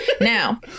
now